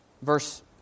Verse